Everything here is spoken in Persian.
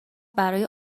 برای